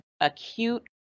acute